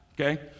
Okay